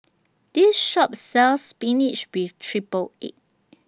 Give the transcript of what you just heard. This Shop sells Spinach with Triple Egg